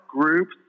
groups